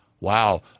wow